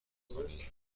کنید